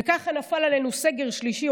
וככה נפל עלינו סגר שלישי,